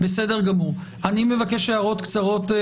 אני מבקש הערות קצרות.